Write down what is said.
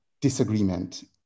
disagreement